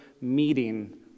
meeting